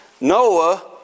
Noah